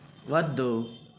వద్దు